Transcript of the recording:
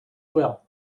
well